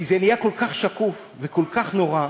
כי זה נהיה כל כך שקוף וכל כך נורא,